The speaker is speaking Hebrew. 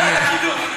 אני מעריך את זה.